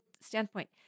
standpoint